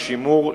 לשימור,